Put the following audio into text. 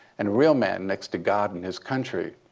and real men, next to god and his country,